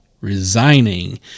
resigning